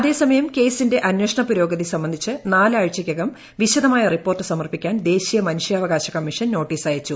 അതേസമയം കേസിന്റെ അന്വേഷണ പുരോഗതി സംബന്ധിച്ച് നാല് ആഴ്ചയ്ക്കകം വിശദമായ ്റിപ്പോർട്ട് സമർപ്പിക്കാൻ ദേശീയ മനുഷ്യാവകാശ കമ്മീഷൻ നോട്ടീസ് അയച്ചു